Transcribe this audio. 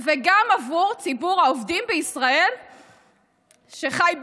וגם עבור ציבור העובדים בישראל שחי בעוני.